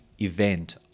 event